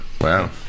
Wow